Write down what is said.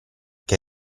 che